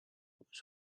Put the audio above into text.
was